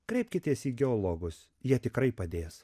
kreipkitės į geologus jie tikrai padės